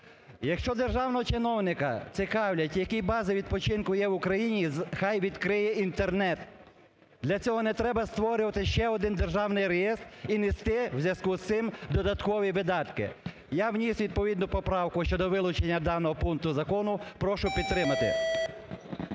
Якщо державного чиновника цікавить, які бази відпочинку є в Україні, нехай відкриє Інтернет, для цього не треба створювати ще один державний реєстр і нести в зв’язку з цим додаткові видатки. Я вніс відповідну поправку щодо вилучення даного пункту з закону, прошу підтримати.